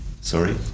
sorry